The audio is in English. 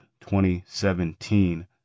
2017